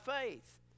faith